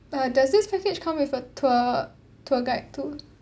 but does this package come with a tour tour guide too